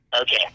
Okay